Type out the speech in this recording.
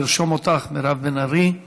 אני ארשום אותך, מירב בן ארי.